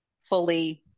fully